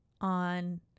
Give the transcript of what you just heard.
On